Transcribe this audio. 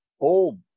old